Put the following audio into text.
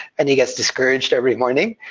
and he gets discouraged every morning,